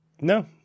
No